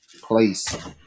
place